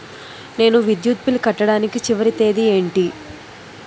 నేను విద్యుత్ బిల్లు కట్టడానికి చివరి తేదీ ఏంటి?